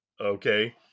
Okay